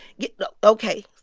get the ok